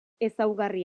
ezaugarri